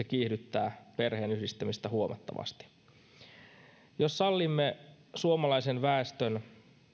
kiihdyttää perheenyhdistämistä huomattavasti jos sallimme suomalaisen väestön